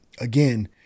Again